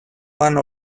one